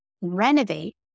renovate